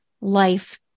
life